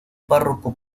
párroco